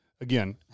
Again